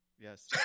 Yes